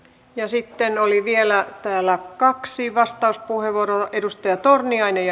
ja sitten täällä oli vielä kaksi vastauspuheenvuoroa